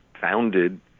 founded